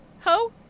Ho